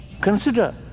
Consider